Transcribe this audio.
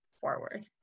forward